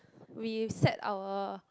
we set our